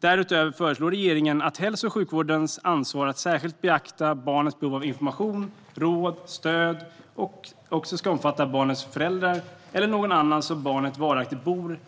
Därutöver föreslår regeringen att hälso och sjukvårdens ansvar att särskilt beakta ett barns behov av information, råd och stöd också ska omfatta när barnets förälder eller någon annan som barnet varaktigt bor